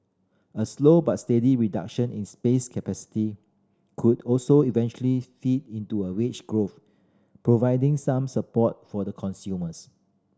a slow but steady reduction in spare capacity could also eventually feed into a wage growth providing some support for the consumers